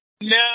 No